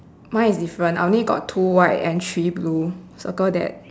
mine is different I only got two white and three blue circle that